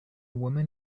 woman